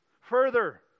Further